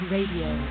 Radio